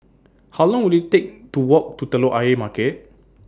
How Long Will IT Take to Walk to Telok Ayer Market